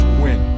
win